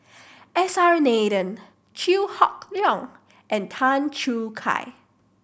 S R Nathan Chew Hock Leong and Tan Choo Kai